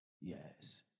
Yes